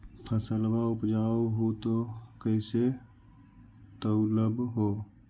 फसलबा उपजाऊ हू तो कैसे तौउलब हो?